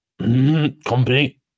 Company